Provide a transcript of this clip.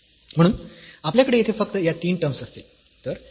म्हणून आपल्याकडे येथे फक्त या तीन टर्म्स असतील